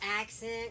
accent